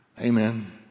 Amen